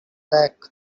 back